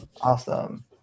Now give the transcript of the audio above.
Awesome